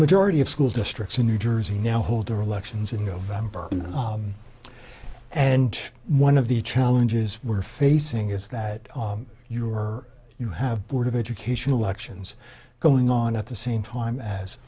majority of school districts in new jersey now hold their elections in november and one of the challenges we're facing is that you're you have board of education elections going on at the same time as